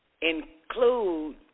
include